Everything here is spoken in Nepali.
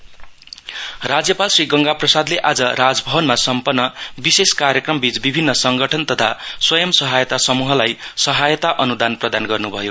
गर्भनर राज्यपाल श्री गंगा प्रसादले आज राजभवनमा सम्पन्न विशेष कार्यक्रमबीच विभिन्न संङ्गठन तथा स्वंय सहायता समूहलाई सहायता अनुदान प्रदान गर्नु भयो